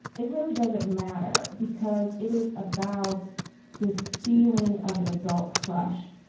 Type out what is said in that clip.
it really doesn't matter because it is about this feeling of an adult crush.